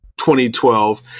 2012